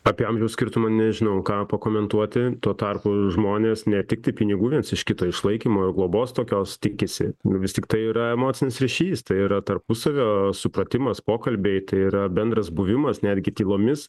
apie amžiaus skirtumą nežinau ką pakomentuoti tuo tarpu žmonės ne tiktai pinigų viens iš kito išlaikymo ir globos tokios tikisi vis tiktai yra emocinis ryšys tai yra tarpusavio supratimas pokalbiai tai yra bendras buvimas netgi tylomis